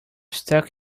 stuck